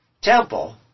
temple